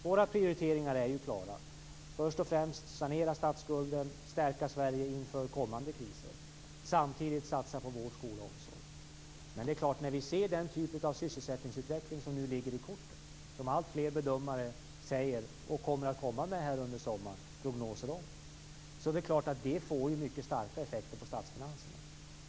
Våra prioriteringar är klara, dvs. först och främst sanera statsskulden, stärka Sverige inför kommande kriser och samtidigt satsa på vård, skola och omsorg. När vi ser den typ av sysselsättningsutveckling som ligger i korten, som fler bedömare kommer att ge prognoser om under sommaren, blir det starka effekter på statsfinanserna.